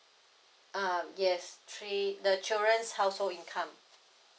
uh yes three the children's household income